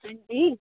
हां'जी